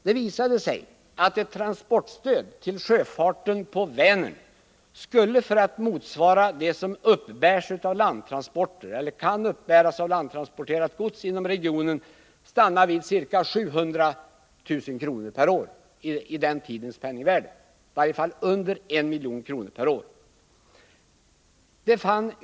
Det visade sig då att ett transportstöd till sjöfarten på Vänern skulle, för att motsvara det som kan uppbäras av landtransporterat gods inom regionen, stanna vid ca 700 000 kr. per år, räknat i det då gällande penningvärdet. Räknat i det årets penningvärde skulle det röra sig om i varje fall under 1 milj.kr. per år.